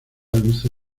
luce